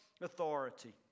authority